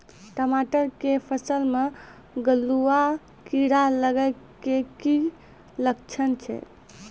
टमाटर के फसल मे गलुआ कीड़ा लगे के की लक्छण छै